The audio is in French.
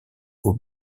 aux